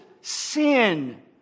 sin